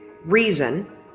reason